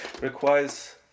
requires